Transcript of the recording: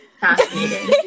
fascinating